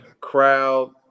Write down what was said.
crowd